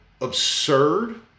absurd